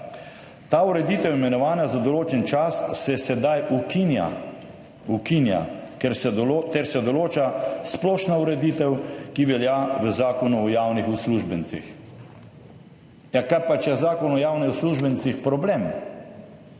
Ta ureditev imenovanja za določen čas se sedaj ukinja ter se določa splošna ureditev, ki velja v Zakonu o javnih uslužbencih. Kaj pa, če je Zakon o javnih uslužbencih problem?